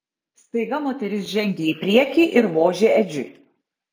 staiga moteris žengė į priekį ir vožė edžiui